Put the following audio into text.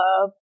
love